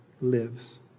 Lives